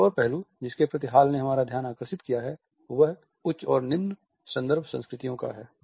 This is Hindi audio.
एक और पहलू जिसके प्रति हॉल ने हमारा ध्यान आकर्षित किया है वह उच्च और निम्न संदर्भ संस्कृतियों का है